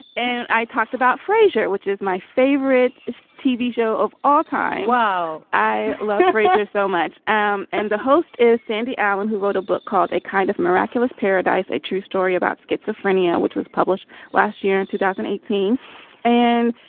and i talked about frasier which is my favorite tv show of all time. wow i love frasier so much um and the host is sandy allen who wrote a book called a kind of miraculous paradise a true story about schizophrenia which was published last year in two thousand and eighteen and